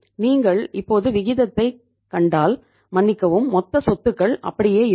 நீங்கள் இப்போது விகிதத்தைக் கண்டால் மன்னிக்கவும் மொத்த சொத்துக்கள் அப்படியே இருக்கும்